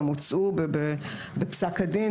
גם הוצאו בפסק הדין,